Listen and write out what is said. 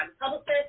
publicist